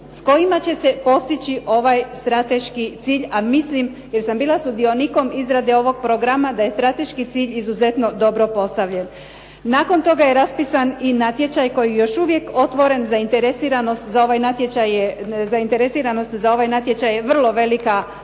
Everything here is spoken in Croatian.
s kojima će se postići ovaj strateški cilj, a mislim, jer sam bila sudionikom izrade ovog programa, da je strateški cilj izuzetno dobro postavljen. Nakon toga je raspisan i natječaj koji je još uvijek otvoren, zainteresiranost za ovaj natječaj je vrlo velika na ovom